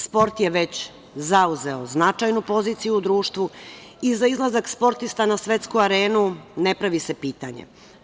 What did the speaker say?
Sport je već zauzeo značajnu poziciju u društvu i za izlazak sportista na svetsku arenu ne pravi se pitanje.